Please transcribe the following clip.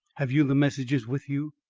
have you the messages with you?